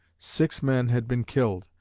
six men had been killed,